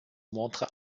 montre